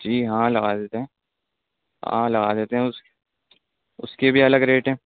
جی ہاں لگا دیتے ہیں ہاں لگا دیتے ہیں اس اس کے بھی الگ ریٹ ہیں